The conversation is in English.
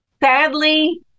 Sadly